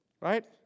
right